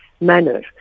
manner